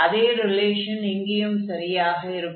அதே ரிலேஷன் இங்கேயும் சரியாக இருக்கும்